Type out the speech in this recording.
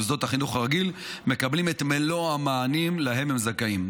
ובמוסדות החינוך הרגיל מקבלים את מלוא המענים שהם זכאים להם.